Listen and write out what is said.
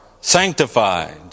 sanctified